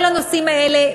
כל הנושאים האלה,